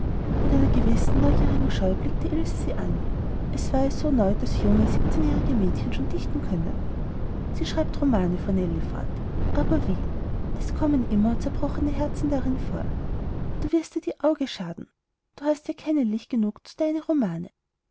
mit einer gewissen neugierigen scheu blickte ilse sie an es war ihr so neu daß junge siebzehnjährige mädchen schon dichten können sie schreibt romane fuhr nellie fort aber wie es kommen immer zerbrochene herzen drin vor du wirst dir die auge schaden du hast ja keine licht genug zu deine romane